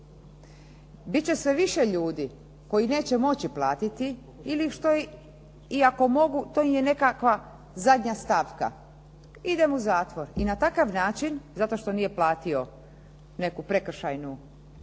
Bit će sve više ljudi koji neće moći platiti ili i ako mogu, to im je nekakva zadnja stavka. Idem u zatvor, i na takav način, zato što nije platio neku prekršajnu